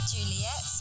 Juliet